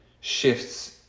shifts